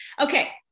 okay